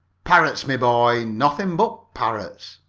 parrots, my boy, nothing but parrots.